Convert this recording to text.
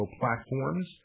platforms